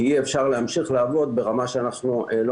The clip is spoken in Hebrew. כי אי אפשר להמשיך לעבוד ברמה שאנחנו לא